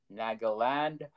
Nagaland